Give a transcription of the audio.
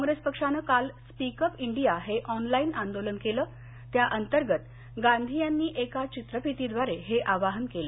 काँग्रेस पक्षानं काल speak up India हे ऑनलाईन आंदोलन केलं त्या अंतर्गत गाधी यांनी एका चित्रफितीद्वारे हे आवाहन केल